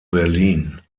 berlin